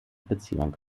beziehung